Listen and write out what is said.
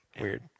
Weird